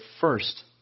first